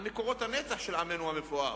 על מקורות הנצח של עמנו המפואר,